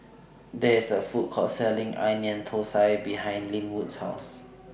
There IS A Food Court Selling Onion Thosai behind Lynwood's House